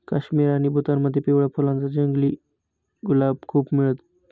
काश्मीर आणि भूतानमध्ये पिवळ्या फुलांच जंगली गुलाब खूप मिळत